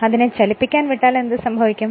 അതിനെ ചലിപ്പിക്കാൻ വിട്ടാൽ എന്തു സംഭവിക്കും